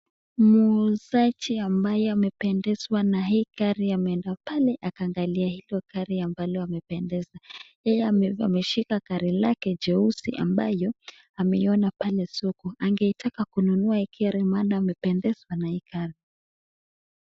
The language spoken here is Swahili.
Muuzaji ambaye amependezwa na hii gari ya ameenda pale, akaangalia hilo gari ambalo amependezwa. Yeye ameshika gari lake jeusi ambayo, ameiona pale supu. Angeitaka kununa hii gari maana amependezwa na hii gari.